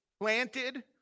planted